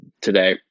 today